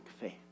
faith